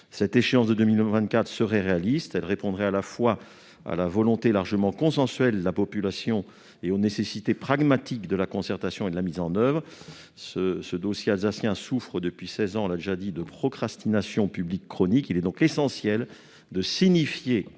L'échéance de 2024 serait d'ailleurs réaliste. Elle répondrait à la fois à la volonté largement consensuelle de la population et aux nécessités pragmatiques de la concertation et de la mise en oeuvre. Ce dossier alsacien souffre depuis seize ans de procrastination publique chronique : il est essentiel de signifier